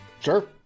Sure